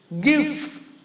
Give